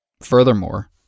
Furthermore